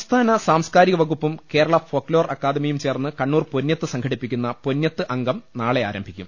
സംസ്ഥാന സാംസ്കാരിക വകുപ്പും കേരള ഫോക് ലോർ അക്കാദമിയും ചേർന്ന് കണ്ണൂർ പൊന്ന്യത്ത് സംഘടിപ്പിക്കുന്ന പൊ ന്ന്യത്ത് അങ്കം നാളെ ആരംഭിക്കും